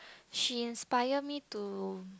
she inspire me to